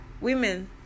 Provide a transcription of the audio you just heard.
Women